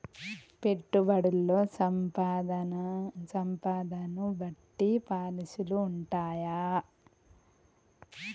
పెట్టుబడుల్లో సంపదను బట్టి పాలసీలు ఉంటయా?